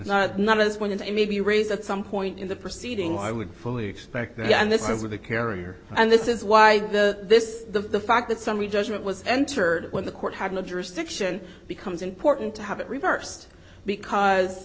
no not as one and it may be raised at some point in the proceedings i would fully expect and this is where the carrier and this is why the this the fact that summary judgment was entered when the court had no jurisdiction becomes important to have it reversed because